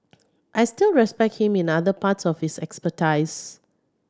I still respect him in other parts of his expertise